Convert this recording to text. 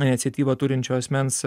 iniciatyvą turinčio asmens